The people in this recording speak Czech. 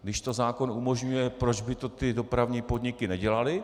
Když to zákon umožňuje, proč by to ty dopravní podniky nedělaly?